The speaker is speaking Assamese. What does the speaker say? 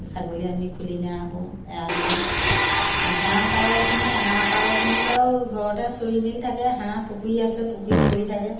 ছাগলী আমি খুলি নাৰাখোঁ এৰাল দিওঁ হাঁহ পাৰখিনি হাঁহ পাৰখিনি বাৰু ঘৰতে চৰি মেলি থাকে হাঁহ পুখুৰী আছে পুখুৰীত পৰি থাকে